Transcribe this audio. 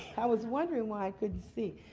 i was wondering why i couldn't see.